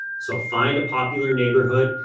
so find a popular neighborhood,